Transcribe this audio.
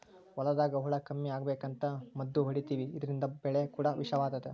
ಹೊಲದಾಗ ಹುಳ ಕಮ್ಮಿ ಅಗಬೇಕಂತ ಮದ್ದು ಹೊಡಿತಿವಿ ಇದ್ರಿಂದ ಬೆಳೆ ಕೂಡ ವಿಷವಾತತೆ